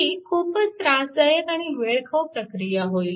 ही खूपच त्रासदायक आणि वेळखाऊ प्रक्रिया होईल